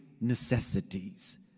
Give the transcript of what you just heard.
necessities